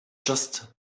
just